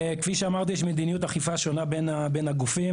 כפי שאמרתי, יש מדיניות אכיפה שונה בין הגופים.